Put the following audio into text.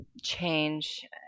change